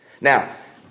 now